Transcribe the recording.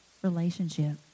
relationship